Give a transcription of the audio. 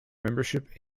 membership